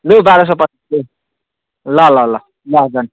ल बाह्र सौ पचास दिएँ ल ल ल ल डन